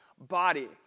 Body